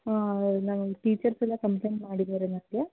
ಹಾಂ ನಮ್ಮ ಟೀಚರ್ಸೆಲ್ಲ ಕಂಪ್ಲೆಂಟ್ ಮಾಡಿದ್ದಾರೆ ನನಗೆ